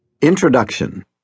Introduction